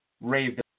raved